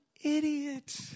idiot